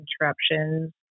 interruptions